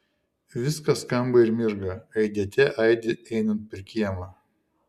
viskas skamba ir mirga aidėte aidi einant per kiemą